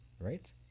Right